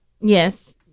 Yes